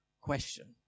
question